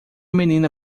menina